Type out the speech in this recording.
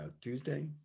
Tuesday